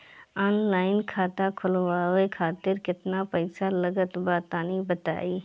Online खाता खूलवावे खातिर केतना पईसा लागत बा तनि बताईं?